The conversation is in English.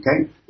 Okay